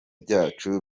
byacu